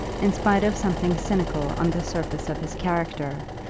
in spite of something cynical on the surface of his character,